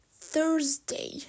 Thursday